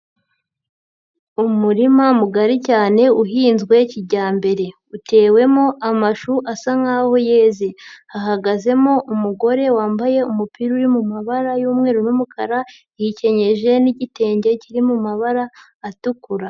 Umurima mugari cyane uhinzwe kijyambere utewemo amashu asa nkaho yeze, hahagazemo umugore wambaye umupira uri mu mabara y'umweru n'umukara yikenyeje n'igitenge kiri mu mabara atukura.